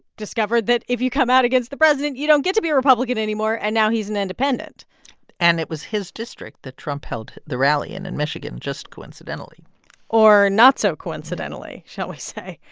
discovered that if you come out against the president, you don't get to be a republican anymore. and now he's an independent and it was his district that trump held the rally in, in michigan, just coincidentally or not so coincidentally, shall we say.